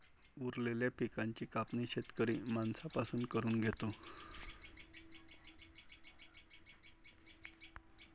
उरलेल्या पिकाची कापणी शेतकरी माणसां पासून करून घेतो